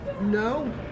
No